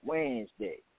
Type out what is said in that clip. Wednesday